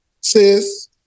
sis